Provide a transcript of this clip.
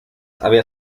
había